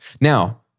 Now